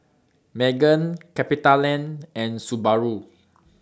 Megan CapitaLand and Subaru